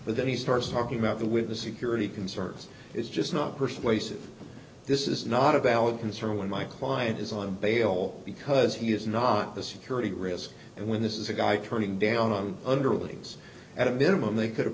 but then he starts talking about the with the security concerns is just not persuasive this is not a valid concern when my client is on bail because he is not a security risk and when this is a guy turning down on underlings at a minimum they could have